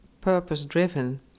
purpose-driven